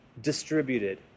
distributed